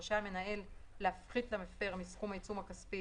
רשאי בשל כמההמנהל להפחית למפר מסכום העיצום הכספי